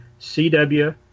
CW